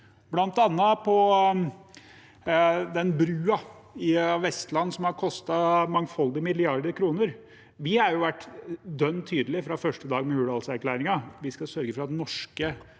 bl.a. på den broen i Vestland som har kostet mangfoldige milliarder kroner. Vi har vært dønn tydelig fra første dag med Hurdalserklæringen: Vi skal sørge for at norske